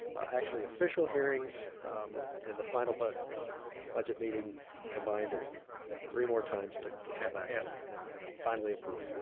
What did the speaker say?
actual official hearings and the final but budget meeting combined of three more times to to come back um and and finally approve.